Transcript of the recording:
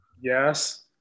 Yes